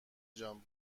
جان